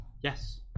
Yes